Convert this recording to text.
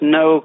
no